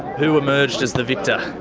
who emerged as the victor?